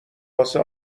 واسه